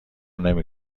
نمی